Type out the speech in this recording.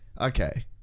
okay